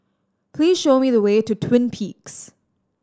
please show me the way to Twin Peaks